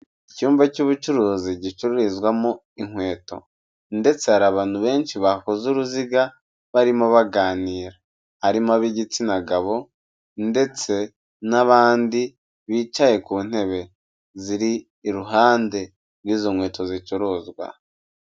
Icyumba cy'ubucuruzi gicururizwamo inkweto. Ndetse hari abantu benshi bakoze uruziga barimo baganira, harimo ab'igitsina gabo ndetse n'abandi bicaye ku ntebe, ziri iruhande n'izo nkweto zicuruzwa.